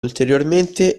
ulteriormente